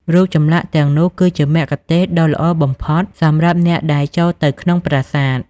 រូបចម្លាក់ទាំងនោះគឺជាមគ្គុទ្ទេសក៍ដ៏ល្អបំផុតសម្រាប់អ្នកដែលបានចូលទៅក្នុងប្រាសាទ។